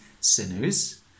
sinners